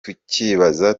tukibaza